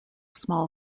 small